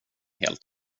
helt